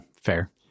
fair